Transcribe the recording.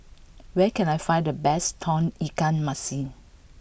where can I find the best Tauge Ikan Masin